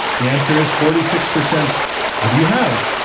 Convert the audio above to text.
the answer is forty six percent of you have,